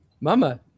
Mama